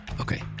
Okay